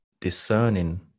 discerning